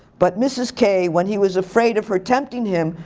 but mrs. k, when he was afraid of her tempting him,